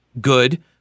good